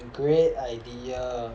great idea